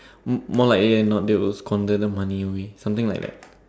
m~ more likely than not they will squander the money away something like that